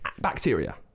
bacteria